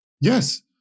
Yes